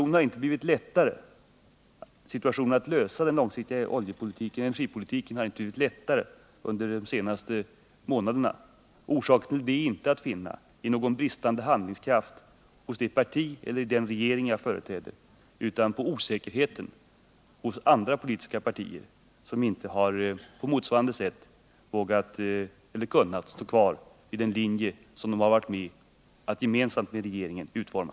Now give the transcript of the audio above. När det gäller att lösa den långsiktiga energipolitiken har situationen inte blivit ljusare under de senaste månaderna. Orsakerna härtill är inte att finna i någon bristande handlingskraft hos det parti eller den regering som jag företräder utan på osäkerheten hos andra politiska partier, som inte har på motsvarande sätt kunnat hålla fast vid den linje som de gemensamt med regeringen varit med om att utforma.